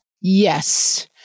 Yes